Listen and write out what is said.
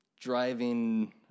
driving